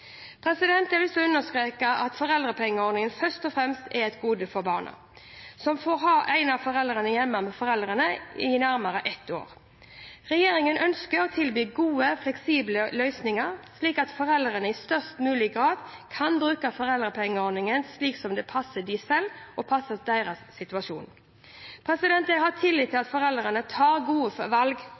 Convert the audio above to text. Jeg har lyst til å understreke at foreldrepengeordningen først og fremst er et gode for barna, som får ha en av foreldrene hjemme med foreldrepenger i nærmere ett år. Regjeringen ønsker å tilby gode, fleksible løsninger, slik at foreldrene i størst mulig grad kan bruke foreldrepengeordningen slik det passer dem selv og deres situasjon best. Jeg har tillit til at foreldre tar gode valg